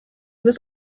was